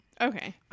Okay